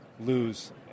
lose